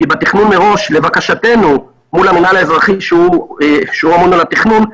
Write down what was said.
כי בתכנון מראש לבקשתנו מול המינהל האזרחי שאמון על התכנון,